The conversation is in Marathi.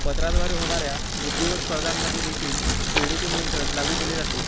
पत्राद्वारे होणाऱ्या बुद्धिबळ स्पर्धांमध्ये देखील वेळेचे नियंत्रण लागू केले जाते